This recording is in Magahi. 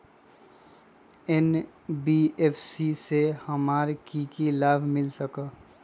एन.बी.एफ.सी से हमार की की लाभ मिल सक?